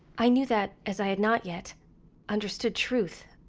i knew that as i had not yet understood truth,